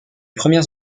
premières